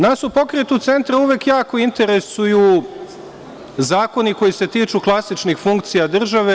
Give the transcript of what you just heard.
Nas u Pokretu centra uvek interesuju zakoni koji se tiču klasičnih funkcija države.